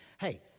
Hey